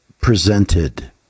presented